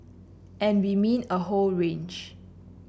and we mean a whole range